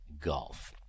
Golf